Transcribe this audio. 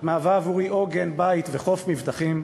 את מהווה עבורי עוגן, בית וחוף מבטחים,